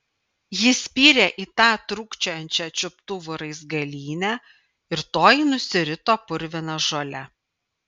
ji spyrė į tą trūkčiojančią čiuptuvų raizgalynę ir toji nusirito purvina žole